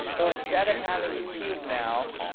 so instead of having a cube now,